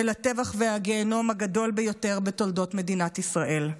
אל הטבח והגיהינום הגדולים ביותר בתולדות מדינת ישראל.